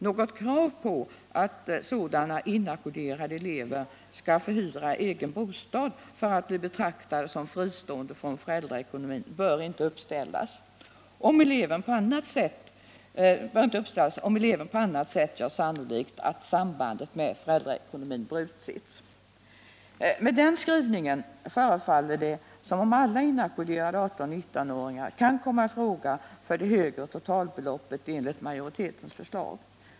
Något krav på att sådana inackorderade elever skall förhyra en egen bostad för att bli betraktade som fristående från föräldraekonomin bör inte uppställas, om eleven på annat sätt gör sannolikt att sambandet med föräldraekonomin brutits.” Med den skrivningen förefaller det som om alla inackorderade 18-19 åringar kan komma i fråga för det högre totalbeloppet enligt majoritetens förslag.